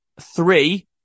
Three